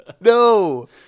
no